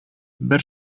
бер